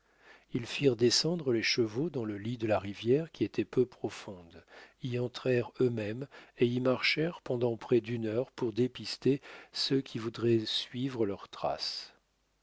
ils firent descendre les chevaux dans le lit de la rivière qui était peu profonde y entrèrent eux-mêmes et y marchèrent pendant près d'une heure pour dépister ceux qui voudraient suivre leurs traces